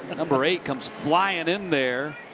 number eight comes flying in there.